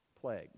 plague